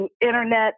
internet